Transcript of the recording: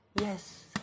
Yes